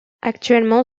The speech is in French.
actuellement